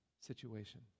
situation